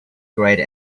grayed